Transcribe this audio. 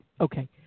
Okay